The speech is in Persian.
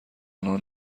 انها